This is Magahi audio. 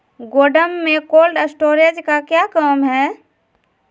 गोडम में कोल्ड स्टोरेज का क्या काम है?